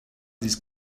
these